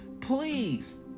please